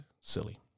silly